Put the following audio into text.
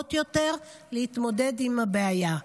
חכמות יותר להתמודד עם הבעיה.